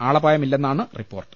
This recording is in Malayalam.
ആളപായമില്ലെന്നാണ് റിപ്പോർട്ട്